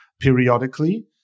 periodically